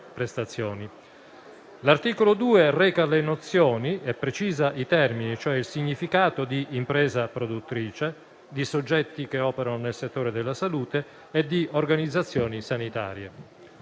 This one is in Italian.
prestazioni. L'articolo 2 reca le nozioni e precisa i termini, cioè il significato di impresa produttrice, di soggetti che operano nel settore della salute e di organizzazioni sanitarie.